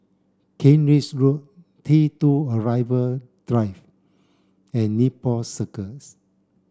Kent Ridge Road T two Arrival Drive and Nepal Circus